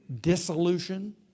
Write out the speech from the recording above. dissolution